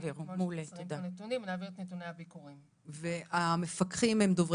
בנוהל שמחייב את משרד הרווחה לשלוח מפקחים כל שלושה שבועות?